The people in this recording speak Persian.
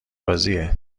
بازیه